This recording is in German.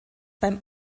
beim